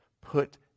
Put